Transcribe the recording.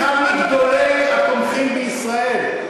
אחד מגדולי התומכים בישראל,